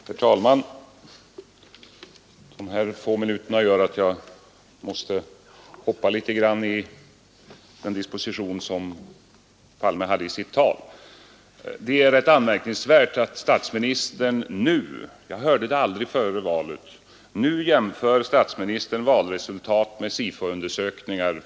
Herr talman! De få minuterna gör att jag måste hoppa litet i den disposition som herr Palme hade i sitt tal. Det är rätt anmärkningsvärt att statsministern nu — vi hörde det aldrig före valet — jämför valresultat med SIFO-undersökningar.